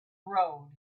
road